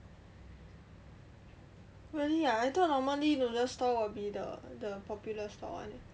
really ah I thought normally noodles stall will be the the popular stall one